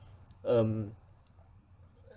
um